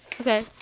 Okay